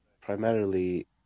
primarily